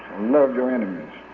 love your enemies.